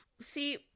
See